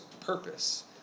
purpose